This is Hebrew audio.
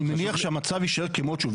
אני מניח שהמצב יישאר כמות שהוא.